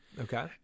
Okay